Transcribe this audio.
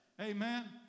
Amen